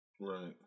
Right